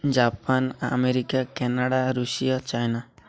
Japan America Canada Russia China